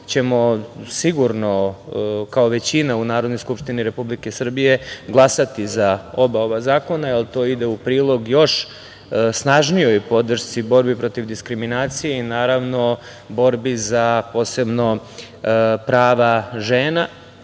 ćemo sigurno kao većina u Narodnoj skupštini Republike Srbije glasati za oba ova zakona, ali to ide u prilog još snažnijoj podršci, borbi protiv diskriminacije i naravno borbi za posebno prava žena